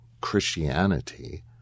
Christianity